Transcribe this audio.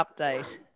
update